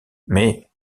mais